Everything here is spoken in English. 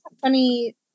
funny